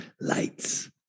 lights